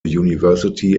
university